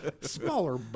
smaller